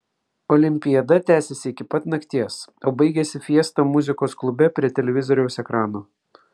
olimpiada tęsėsi iki pat nakties o baigėsi fiesta muzikos klube prie televizoriaus ekrano